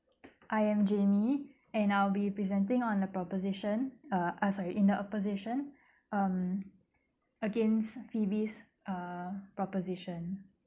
I am jamie and I'll be presenting on the proposition uh uh sorry in a opposition um against phoebe's uh proposition